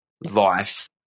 life